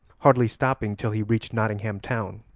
hardly stopping till he reached nottingham town.